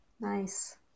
Nice